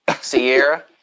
Sierra